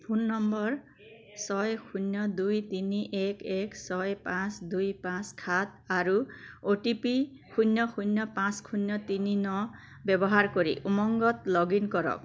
phone number ছয় শূন্য় দুই তিনি এক এক ছয় পাঁচ দুই পাঁচ সাত আৰু অ' টি পি শূন্য় শূন্য় পাঁচ শূন্য় তিনি ন ব্যৱহাৰ কৰি উমংগত লগ ইন কৰক